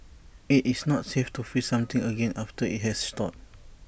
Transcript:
IT is not safe to freeze something again after IT has thawed